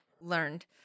learned